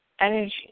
energy